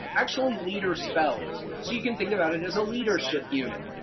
actually, leader spells. so you can think about it as a leadership unit.